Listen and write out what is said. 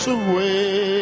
away